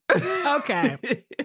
Okay